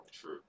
True